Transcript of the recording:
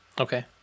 Okay